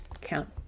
count